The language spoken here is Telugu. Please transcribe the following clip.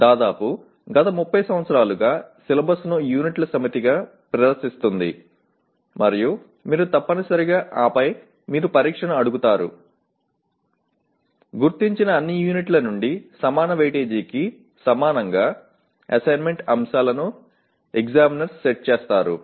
దాదాపు గత 30 సంవత్సరాలుగా సిలబస్ను యూనిట్ల సమితిగా ప్రదర్శిస్తుంది మరియు మీరు తప్పనిసరిగా ఆపై మీరు పరీక్షను అడుగుతారు గుర్తించిన అన్ని యూనిట్ల నుండి సమాన వెయిటేజీకి సమానంగా అసెస్మెంట్ అంశాలను ఎక్సామినర్స్ సెట్ చేస్తారు